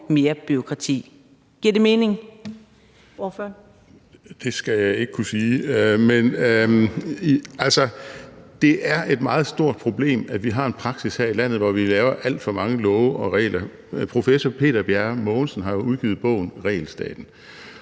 det er et meget stort problem, at vi har en praksis her i landet, hvor vi laver alt for mange love og regler. Professor Peter Bjerre Mortensen har udgivet bogen »Regelstaten«,